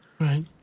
Right